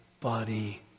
body